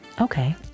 Okay